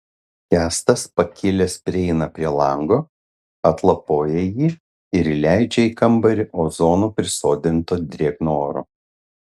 kęstas pakilęs prieina prie lango atlapoja jį ir įleidžia į kambarį ozono prisodrinto drėgno oro